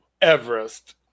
Everest